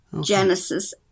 Genesis